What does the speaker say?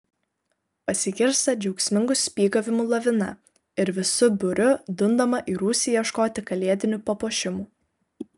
pasigirsta džiaugsmingų spygavimų lavina ir visu būriu dundama į rūsį ieškoti kalėdinių papuošimų